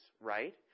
Right